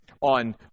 on